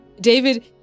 David